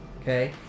Okay